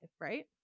Right